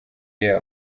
year